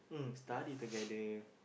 mm